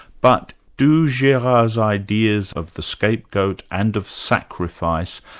but do gerard's ideas of the scapegoat and of sacrifice,